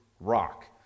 rock